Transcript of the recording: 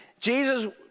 Jesus